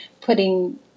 putting